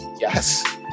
Yes